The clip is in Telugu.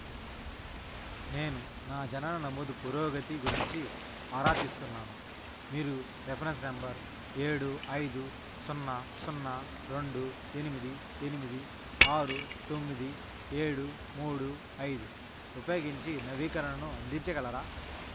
నేను నా జనన నమోదు పురోగతి గురించి ఆరా తీస్తున్నాను మీరు రెఫ్రెన్స్ నంబర్ ఏడు ఐదు సున్నా సున్నా రెండు ఎనిమిది ఎనిమిది ఆరు తొమ్మిది ఏడు మూడు ఐదు ఉపయోగించి నవీకరణను అందించగలరా